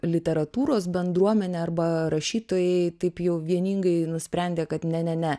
literatūros bendruomenė arba rašytojai taip jau vieningai nusprendė kad ne ne ne